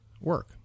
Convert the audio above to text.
work